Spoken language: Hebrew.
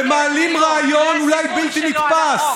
ומעלים רעיון אולי בלתי נתפס